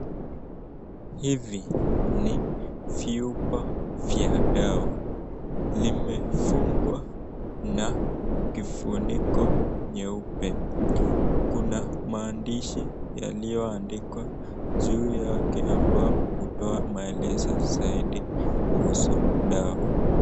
Hivi ni vyupa vya dawa limefungwa na kifuniko nyeupe kuna maandishi yaliyoandikwa juu yake ambao hutoa maelezo zaidi kuhusu dawa.